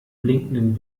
blinkenden